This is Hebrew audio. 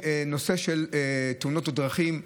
בנושא של תאונות הדרכים,